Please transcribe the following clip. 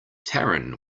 taran